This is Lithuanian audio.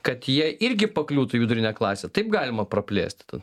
kad jie irgi pakliūtų į vidurinę klasę taip galima praplėsti ta